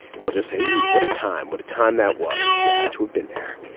and we'll just who. what a time. what a time that was. you had to have been there.